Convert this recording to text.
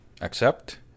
accept